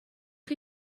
chi